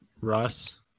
russ